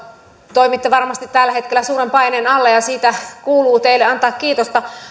toimitte varmasti tällä hetkellä suuren paineen alla ja siitä kuuluu teille antaa kiitosta